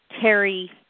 Terry